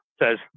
says